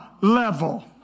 level